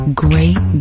great